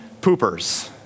poopers